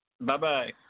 Bye-bye